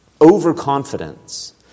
overconfidence